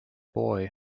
boy